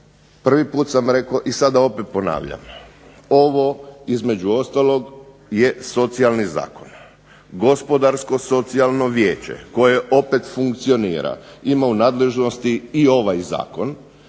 prvi put sam rekao i sada opet ponavljam, ovo između ostalog je socijalni zakon, gospodarsko socijalno vijeće koje opet funkcionira ima u nadležnosti i ovaj Zakon,